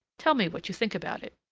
tell me what you think about it!